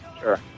Sure